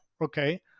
okay